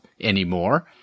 anymore